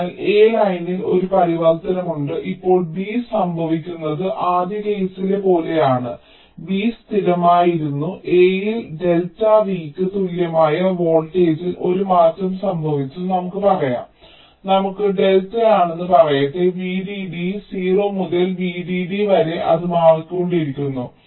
അതിനാൽ A ലൈനിൽ ഒരു പരിവർത്തനമുണ്ട് ഇപ്പോൾ B സംഭവിക്കുന്നത് ആദ്യ കേസിലെ പോലെയാണ് B സ്ഥിരമായിരുന്നു Aയിൽ ഡെൽറ്റ Vക്ക് തുല്യമായ വോൾട്ടേജിൽ ഒരു മാറ്റം സംഭവിച്ചു നമുക്ക് പറയാം നമുക്ക് ഡെൽറ്റ ആണെന്ന് പറയട്ടെ VDD 0 മുതൽ VDD വരെ അത് മാറിക്കൊണ്ടിരുന്നു